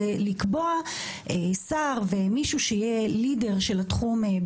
לקבוע שר ומישהו שיוביל את התחום הזה,